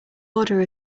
order